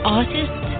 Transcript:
artist